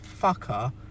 fucker